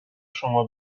شما